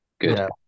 Good